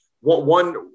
one –